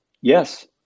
Yes